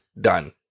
done